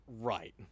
Right